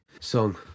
song